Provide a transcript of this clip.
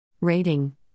Rating